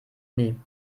nie